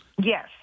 Yes